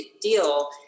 deal